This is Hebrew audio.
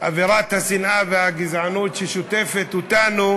אווירת השנאה והגזענות ששוטפת אותנו,